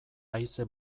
haize